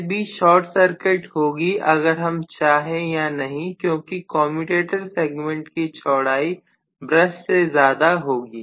coil B short circuit होगी अगर हम चाहें या नहीं क्योंकि कमयुटेटर सेगमेंट की चौड़ाई ब्रश से ज्यादा होगी